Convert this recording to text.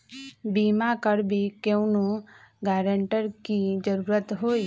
बिमा करबी कैउनो गारंटर की जरूरत होई?